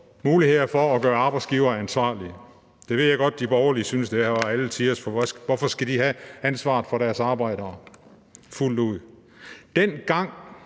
muligheder for at gøre arbejdsgivere ansvarlige. Jeg ved godt, at de borgerlige syntes, det her var alle tiders, for hvorfor skal de have ansvaret for deres arbejdere fuldt ud? Dengang